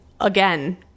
again